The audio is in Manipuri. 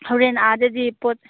ꯍꯧꯔꯦꯟ ꯑꯗꯗꯤ ꯄꯣꯠ